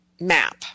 map